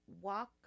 walk